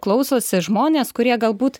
klausosi žmonės kurie galbūt